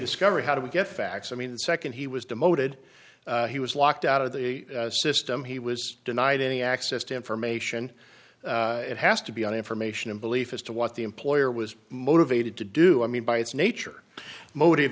discover how do we get facts i mean nd he was demoted he was locked out of the system he was denied any access to information it has to be on information and belief as to what the employer was motivated to do i mean by its nature motive